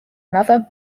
another